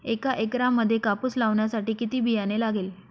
एका एकरामध्ये कापूस लावण्यासाठी किती बियाणे लागेल?